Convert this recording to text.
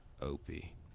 opie